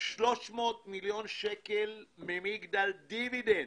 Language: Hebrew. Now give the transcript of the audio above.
300 מיליון שקל דיבידנד ממגדל.